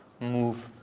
move